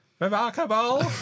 Remarkable